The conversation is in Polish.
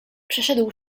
przeszedł